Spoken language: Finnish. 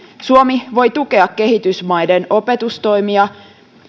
suomi voi tukea kehitysmaiden opetustoimia